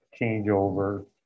changeover